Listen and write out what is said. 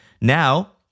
Now